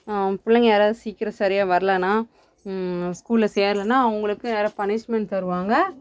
பிள்ளைங்க யாராவது சீக்கிரம் சரியாக வரலனா ஸ்கூலில் சேரலைனா அவங்களுக்குன்னு வேறு பனிஷ்மெண்ட் தருவாங்க